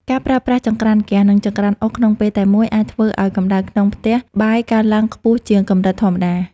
ការប្រើប្រាស់ចង្ក្រានហ្គាស និងចង្ក្រានអុសក្នុងពេលតែមួយអាចធ្វើឱ្យកម្តៅក្នុងផ្ទះបាយកើនឡើងខ្ពស់ជាងកម្រិតធម្មតា។